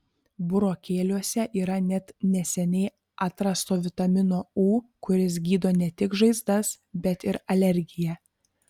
burokėliuose yra net neseniai atrasto vitamino u kuris gydo ne tik žaizdas bet ir alergiją